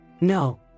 No